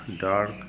dark